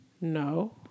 No